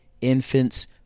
Infants